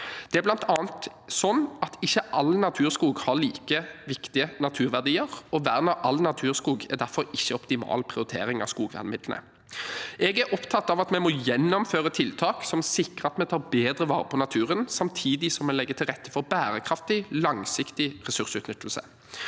Det er bl.a. slik at ikke all naturskog har like viktige naturverdier, og vern av all naturskog er derfor ikke en optimal prioritering av skogvernmidlene. Jeg er opptatt av at vi må gjennomføre tiltak som sikrer at vi tar bedre vare på naturen, samtidig som vi legger til rette for bærekraftig og langsiktig ressursutnyttelse.